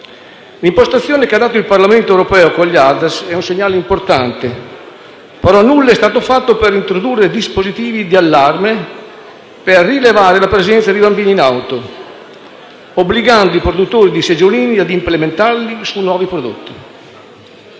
L'impostazione che ha dato il Parlamento europeo con gli ADAS è un segnale importante, ma nulla è stato fatto per introdurre dispositivi di allarme per rilevare la presenza di bambini in auto, obbligando i produttori di seggiolini ad implementarli sui nuovi prodotti